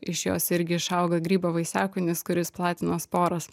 iš jos irgi išauga grybo vaisiakūnis kuris platina sporas